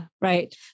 Right